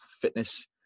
fitness